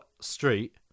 street